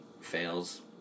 fails